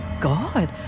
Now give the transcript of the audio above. God